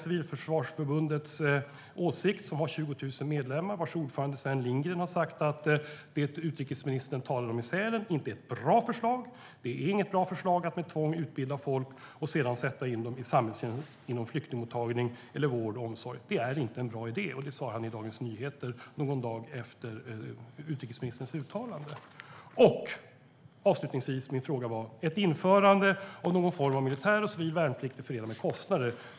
Civilförsvarsförbundet har 20 000 medlemmar, och dess ordförande Sven Lindgren har sagt att det utrikesministern talar om i Sälen inte är ett bra förslag, att det inte är något bra förslag att med tvång utbilda folk och sedan sätta in dem i samhällstjänst inom flyktingmottagning eller vård och omsorg. Det är inte en bra idé. Det sa han i Dagens Nyheter någon dag efter utrikesministerns uttalande. Avslutningsvis: Ett införande av någon form av militär och civil värnplikt är förenat med kostnader.